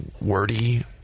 wordy